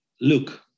Look